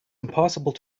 impossible